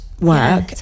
work